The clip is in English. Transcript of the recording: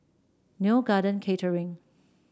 Neo Garden Catering